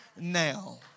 now